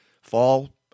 fall